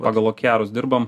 pagal okerus dirbame